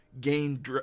gain